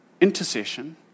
intercession